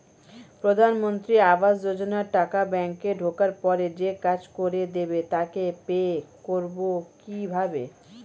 প্রধানমন্ত্রী আবাস যোজনার টাকা ব্যাংকে ঢোকার পরে যে কাজ করে দেবে তাকে পে করব কিভাবে?